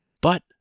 But